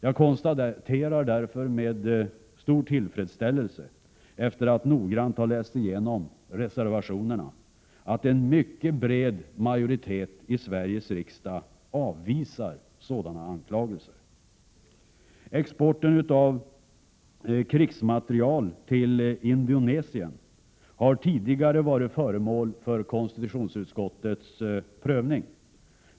Jag konstaterar därför med stor tillfredsställelse, efter att noggrant ha läst igenom reservationerna, att en mycket bred majoritet i Sveriges riksdag avvisar sådana anklagelser. Exporten av krigsmateriel till Indonesien har tidigare varit föremål för konstitutionsutskottets prövning.